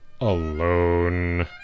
alone